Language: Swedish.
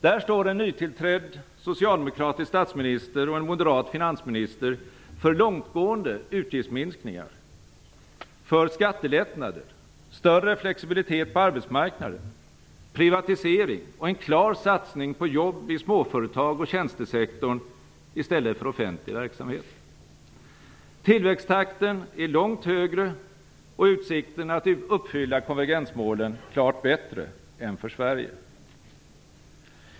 Där står en nytillträdd socialdemokratisk statsminister och en moderat finansminister för långtgående utgiftsminskningar, skattelättnader, större flexibilitet på arbetsmarknaden, privatisering och en klar satsning på jobb i småföretag och i tjänstesektorn i stället för offentlig verksamhet. Tillväxttakten är långt högre och utsikterna till att uppfylla konvergensmålen klart bättre än för Sverige.